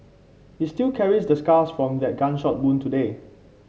he still carries the scars from that gunshot wound today